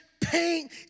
paint